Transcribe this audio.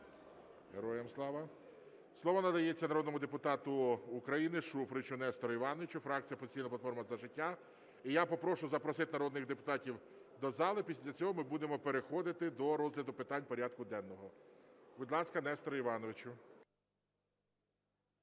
Героям слава! Слово надається народному депутату України Шуфричу Нестору Івановичу, фракція "Опозиційна платформа – За життя". І я попрошу запросити народних депутатів до зали, після цього ми будемо переходити до розгляду питань порядку денного. Будь ласка, Несторе Івановичу.